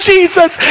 Jesus